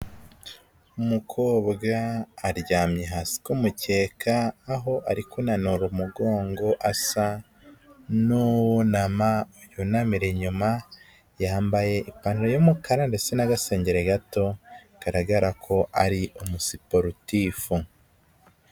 Umukobwa aryamye hasi ku mukeka aho ari kunanura umugongo asa n'uwunama y'unamira inyuma, yambaye ipantaro y'umukara ndetse n'agasengeri gato kagaragara ko ari umusiporutifu.